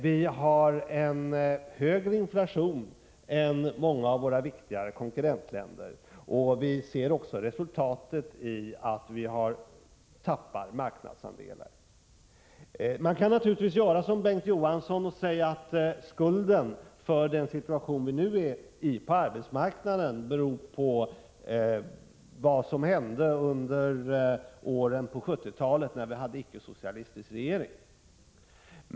Vi har en högre inflation än många av våra viktigare konkurrentländer, och vi ser också resultatet i att vi tappar marknadsandelar. Man kan naturligtvis göra som Bengt K. Å. Johansson och skjuta skulden för den situation vi nu har på arbetsmarknaden på det som hände de år på 1970-talet när Sverige hade en icke-socialistisk regering.